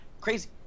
crazy